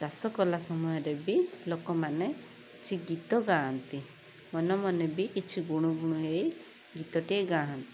ଚାଷ କଲା ସମୟରେ ବି ଲୋକମାନେ କିଛି ଗୀତ ଗାଆନ୍ତି ମନେ ମନେ ବି କିଛି ଗୁଣୁ ଗୁଣୁ ହେଇ ଗୀତଟିଏ ଗାଆନ୍ତି